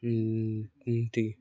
ନ୍ତି